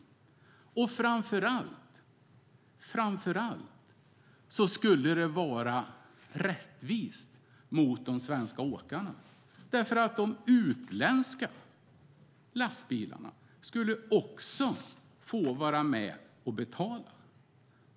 Framför allt är det rättvist mot de svenska åkarna. De utländska lastbilarna får också vara med och betala.